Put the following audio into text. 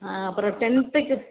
ஆ அப்புறம் டென்த்துக்கு